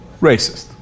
racist